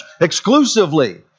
exclusively